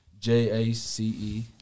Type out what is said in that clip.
J-A-C-E